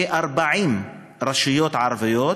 כ-40 רשויות ערביות